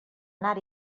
anar